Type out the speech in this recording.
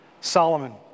Solomon